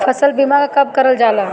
फसल बीमा का कब कब करव जाला?